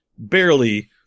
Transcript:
barely